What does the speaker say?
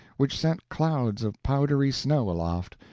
which sent clouds of powdery snow aloft,